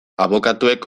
abokatuek